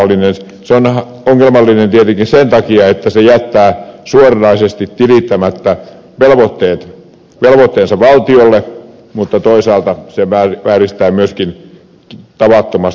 se on ongelmallinen tietenkin sen takia että se jättää suoranaisesti tilittämättä velvoitteensa valtiolle mutta toisaalta se vääristää myöskin tavattomasti kilpailua